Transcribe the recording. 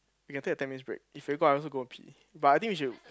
we can take a ten minutes break if you go I also go and pee but I think we should